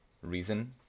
reason